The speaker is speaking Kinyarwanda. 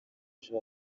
ejo